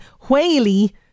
Whaley